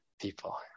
people